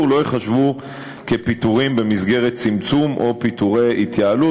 לא ייחשבו כפיטורים במסגרת צמצום או פיטורי התייעלות,